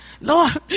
Lord